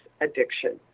Addiction